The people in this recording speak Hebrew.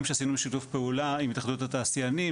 גם שעשינו שיתוף פעולה עם התאחדות התעשיינים,